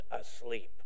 asleep